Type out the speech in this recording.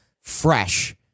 fresh